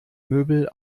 möbel